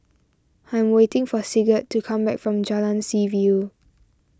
I'm waiting for Sigurd to come back from Jalan Seaview